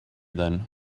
then